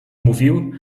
mówił